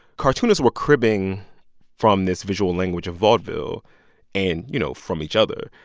cartoonists were cribbing from this visual language of vaudeville and, you know, from each other.